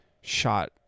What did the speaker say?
shot